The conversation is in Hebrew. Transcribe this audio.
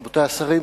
רבותי השרים,